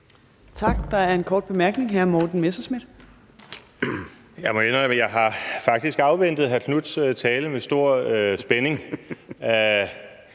Tak. Der er en kort bemærkning